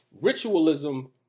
Ritualism